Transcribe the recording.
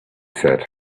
said